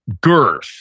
girth